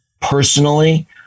personally